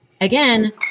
Again